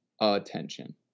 attention